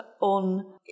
on